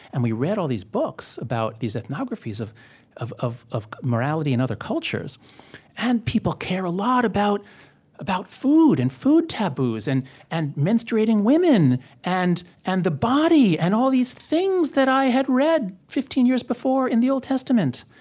and we read all these books about these ethnographies of of of morality in other cultures and people care a lot about about food and food taboos and and menstruating women and and the body and all these things that i had read fifteen years before in the old testament.